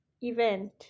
event